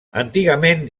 antigament